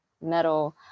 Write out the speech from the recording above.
metal